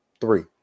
three